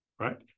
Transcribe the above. right